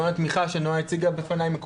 מה קורה בפועל במערכת אם